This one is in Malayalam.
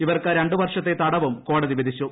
ഇവർക്ക് രണ്ടു വർഷത്തെ തടവും കോടതി വിധിച്ചു